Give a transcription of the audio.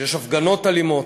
כשיש הפגנות אלימות,